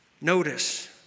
Notice